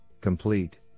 complete